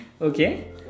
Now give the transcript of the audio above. Okay